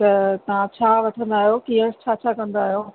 त तव्हां छा वठंदा आहियो कीअं छा छा कंदा आहियो